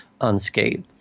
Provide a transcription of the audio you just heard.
unscathed